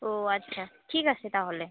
ও আচ্ছা ঠিক আছে তাহলে